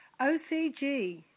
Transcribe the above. OCG